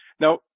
Now